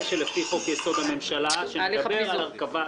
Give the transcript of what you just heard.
שלפי חוק-יסוד: הממשלה שמדבר על הרכבה.